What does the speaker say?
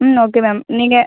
ம் okay ma'am நீங்கள்